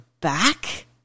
back